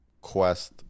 Quest